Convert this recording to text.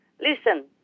Listen